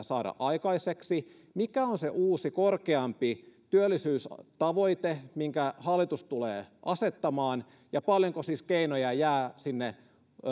saada aikaiseksi mikä on se uusi korkeampi työllisyystavoite minkä hallitus tulee asettamaan ja paljonko siis keinoja jää sinne